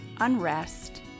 unrest